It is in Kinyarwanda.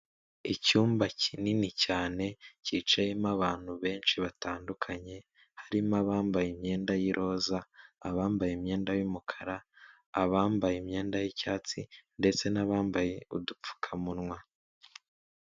Icyumba kinini cyane cyicayemo abantu benshi batandukanye harimo abambaye imyenda y'iroza, abambaye imyenda y'umukara, abambaye imyenda y'icyatsi, ndetse n'abambaye udupfukamunwa.